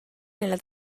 nella